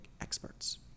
experts